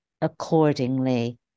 accordingly